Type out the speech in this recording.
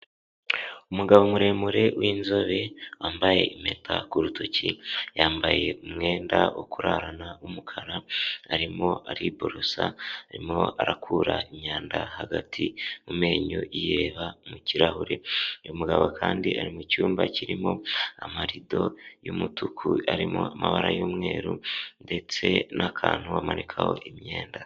Umugabo muremure w'inzobe, wambaye impeta ku rutoki, yambaye umwenda wo kurarana w'umukara, arimo ariborosa, arimo arakura imyanda hagati mu menyo yireba mu kirahure, uyu mugabo kandi ari mu cyumba kirimo amarido y'umutuku, arimo amabara y'umweru ndetse n'akantu bamanikaho imyenda.